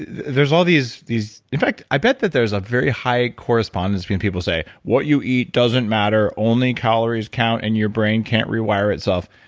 there's all these. in fact, i bet that there's a very high correspondence between people say, what you eat doesn't matter. only calories count and your brain can't rewire itself.